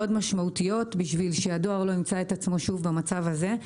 משמעותיות כדי שהדואר לא ימצא את עצמו שוב במצב הזה.